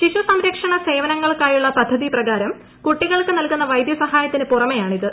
ശിശുസംരക്ഷണ സേവനങ്ങൾക്കാ യുള്ള പദ്ധതി പ്രകാരം കുട്ടികൾക്ക് നൽകുന്ന വൈദ്യസഹായത്തിനു പുറമേയാണിത്